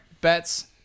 bets